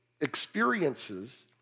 experiences